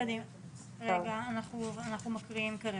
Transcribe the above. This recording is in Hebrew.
אנחנו מקריאים כרגע.